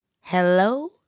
Hello